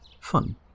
fun